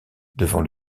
devant